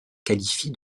qualifient